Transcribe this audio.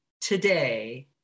today